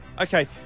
Okay